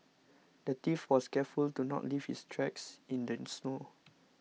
the thief was careful to not leave his tracks in the snow